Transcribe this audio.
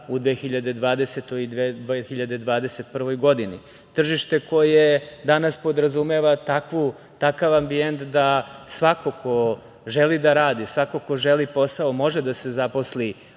u 2020. i 2021. godini.Tržište koje danas podrazumeva takav ambijent da svako ko želi da radi, svako ko želi posao može da se zaposli